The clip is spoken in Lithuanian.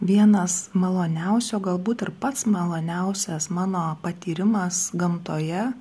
vienas maloniausių o galbūt ir pats maloniausias mano patyrimas gamtoje